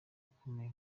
ukomeye